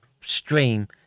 stream